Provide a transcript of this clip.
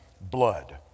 blood